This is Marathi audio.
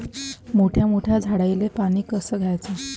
मोठ्या मोठ्या झाडांले पानी कस द्याचं?